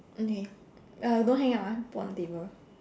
okay uh don't hang up ah put on the table